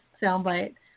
soundbite